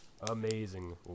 amazing